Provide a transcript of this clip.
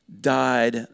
died